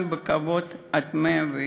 כדי שיחיו כאן בכבוד עד מאה-ועשרים.